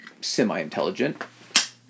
semi-intelligent